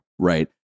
Right